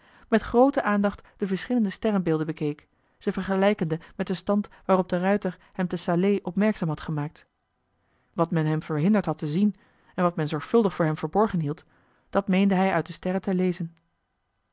met groote aandacht de verschillende sterrenbeelden bekeek ze vergelijkende met den stand waarop de ruijter hem te salé opmerkzaam had gemaakt wat men hem verhinderd had te zien en wat men zorgvuldig voor hem verborgen hield dat meende hij uit de sterren te lezen